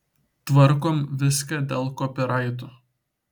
tvarkom viską dėl kopiraitų